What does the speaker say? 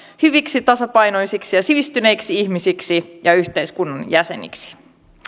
hyviksi tasapainoisiksi ja sivistyneiksi ihmisiksi ja yhteiskunnan jäseniksi